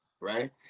Right